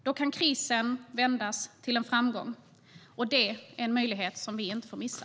Då kan krisen vändas till en framgång, och det är en möjlighet som vi inte får missa.